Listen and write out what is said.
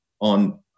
on